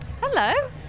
Hello